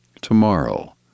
tomorrow